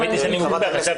חברת הכנסת